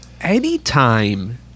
anytime